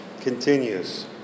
continues